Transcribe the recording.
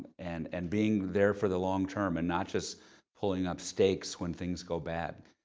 and and being there for the long term and not just pulling up stakes when things go bad.